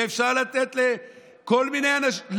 אפשר לתת לכל מיני אנשים,